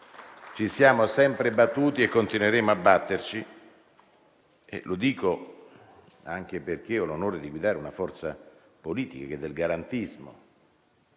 ci siamo sempre battuti e continueremo a batterci. Lo dico anche perché ho l'onore di guidare una forza politica che del garantismo